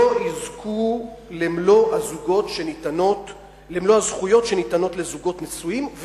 לא יזכו למלוא הזכויות שניתנות לזוגות נשואים,